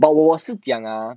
but 我是讲 ah